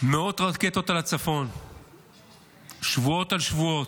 מאות רקטות על הצפון שבועות על שבועות.